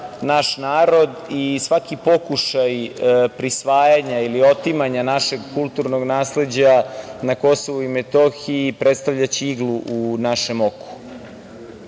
naš narod. Svaki pokušaj prisvajanja ili otimanja našeg kulturnog nasleđa na Kosovu i Metohiji, predstavljaće iglu u našem oku.